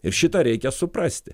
ir šitą reikia suprasti